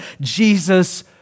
Jesus